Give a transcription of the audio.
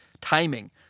timing